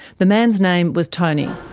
the man's name was tony.